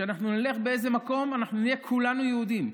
כשאנחנו נלך לאיזה מקום, אנחנו נהיה כולנו יהודים.